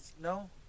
No